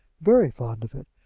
very fond of it.